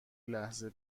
لحظه